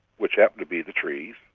which happened to be the trees,